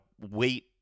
wait